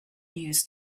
news